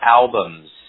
albums